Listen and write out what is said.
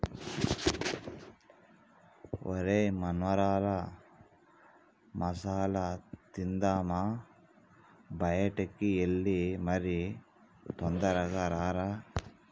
ఒరై మొన్మరాల మసాల తిందామా బయటికి ఎల్లి మరి తొందరగా రారా